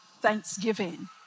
thanksgiving